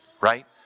right